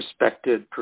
respected